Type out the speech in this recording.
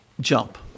jump